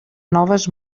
noves